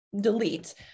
delete